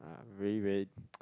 very very